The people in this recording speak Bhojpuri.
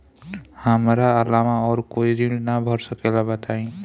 हमरा अलावा और कोई ऋण ना भर सकेला बताई?